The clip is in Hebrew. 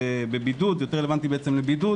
בבידוד - זה יותר רלוונטי בעצם לבידוד